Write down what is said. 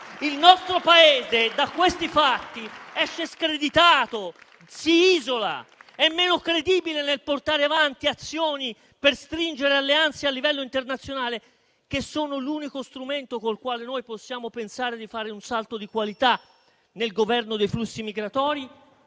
Il nostro Paese da questi fatti esce screditato, si isola, è meno credibile nel portare avanti azioni per stringere alleanze a livello internazionale, che sono l'unico strumento con il quale possiamo pensare di fare un salto di qualità nel governo dei flussi migratori